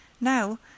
Now